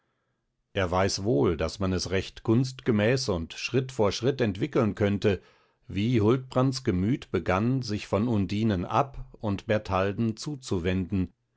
er weiß wohl daß man es recht kunstgemäß und schritt vor schritt entwickeln könnte wie huldbrands gemüt begann sich von undinen ab und bertalden zuzuwenden